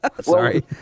sorry